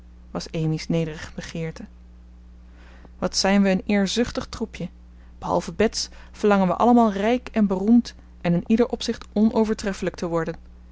was amy's nederige begeerte wat zijn we een eerzuchtig troepje behalve bets verlangen wij allemaal rijk en beroemd en in ieder opzicht onovertreffelijk te worden